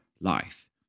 life